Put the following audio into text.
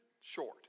short